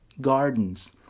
gardens